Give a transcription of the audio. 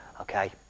Okay